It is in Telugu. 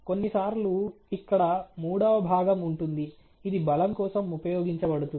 కొన్నిసార్లు ఇక్కడ మూడవ భాగం ఉంటుంది ఇది బలం కోసం ఉపయోగించబడుతుంది